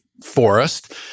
forest